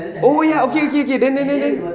oh ya okay okay then then then